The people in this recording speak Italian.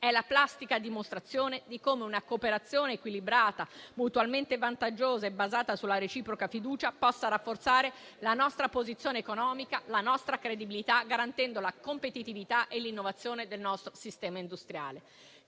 è la plastica dimostrazione di come una cooperazione equilibrata, mutualmente vantaggiosa, basata sulla reciproca fiducia, possa rafforzare la nostra posizione economica, la nostra credibilità, garantendo la competitività e l'innovazione del nostro sistema industriale.